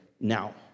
now